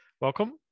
welcome